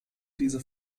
diese